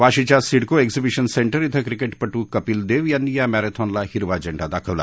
वाशीच्या CIDCO exhibition centre ॐ क्रिकेटपट्र कपिल देव यांनी या मॅरेथॉनला हिरवा झेंडा दाखवला